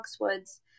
Foxwoods